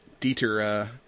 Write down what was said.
Dieter